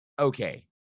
okay